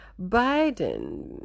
Biden